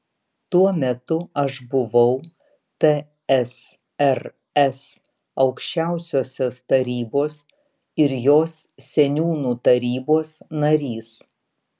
tuo metu aš buvau tsrs aukščiausiosios tarybos ir jos seniūnų tarybos narys